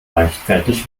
leichtfertig